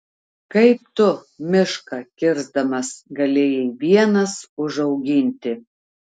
kaip tu mišką kirsdamas galėjai vienas užauginti